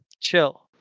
chill